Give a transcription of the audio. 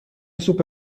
سوپ